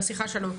בשיחה שלנו,